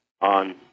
on